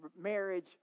marriage